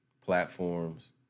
platforms